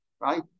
right